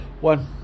One